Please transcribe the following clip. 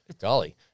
golly